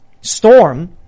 storm